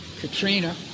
Katrina